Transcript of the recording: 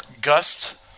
Gust